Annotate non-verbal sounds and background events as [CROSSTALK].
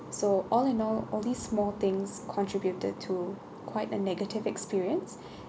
so all in all all these small things contributed to quite a negative experience [BREATH]